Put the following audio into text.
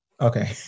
Okay